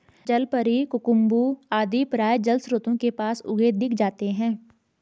जलपरी, कुकुम्भी आदि प्रायः जलस्रोतों के पास उगे दिख जाते हैं